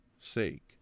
sake